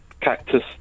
cactus